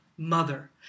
Mother